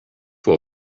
will